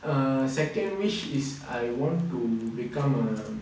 err second wish is I want to become a